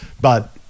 but-